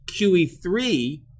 QE3